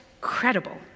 credible